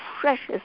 precious